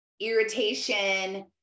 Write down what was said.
irritation